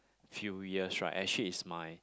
few years right actually is my